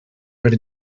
per